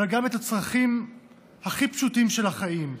וגם את הצרכים הכי פשוטים של החיים,